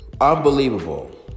Unbelievable